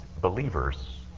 believers